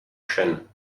chaine